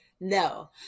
no